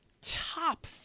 top